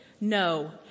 No